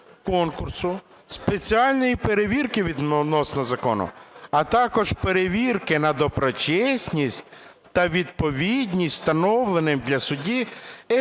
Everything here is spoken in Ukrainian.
конкурсу спеціальної перевірки відносно закону, а також перевірки на доброчесність та відповідність встановленим для судді етичним